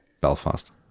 Belfast